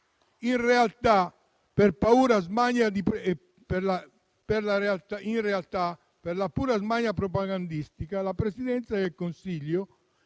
In realtà, per pura smania propagandistica, il Presidente del Consiglio